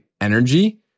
energy